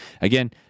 again